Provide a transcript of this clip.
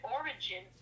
origin